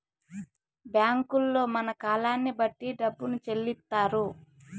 బ్యాంకుల్లో మన కాలాన్ని బట్టి డబ్బును చెల్లిత్తారు